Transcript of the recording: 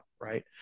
right